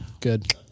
Good